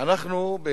אנחנו,